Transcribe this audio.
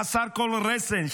חסר כל רסן,